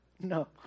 no